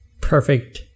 perfect